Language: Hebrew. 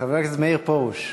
חבר הכנסת מאיר פרוש,